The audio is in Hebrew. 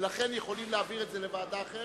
ולכן יכולים להעביר את זה לוועדה אחרת,